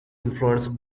influenced